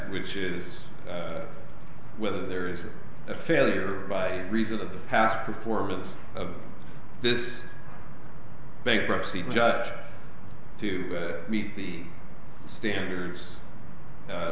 which is whether there is a failure by reason of the past performance of this bankruptcy judge to meet the standards